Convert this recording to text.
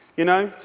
you know,